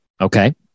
Okay